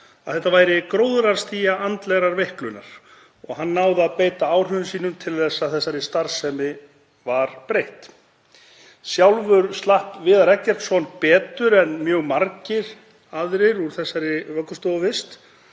að þetta væri gróðrarstía andlegrar veiklunar. Hann náði að beita áhrifum sínum til að þessari starfsemi var breytt. Sjálfur slapp Viðar Eggertsson betur en mjög margir aðrir úr þessari vöggustofuvist